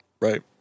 Right